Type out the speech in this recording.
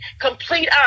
complete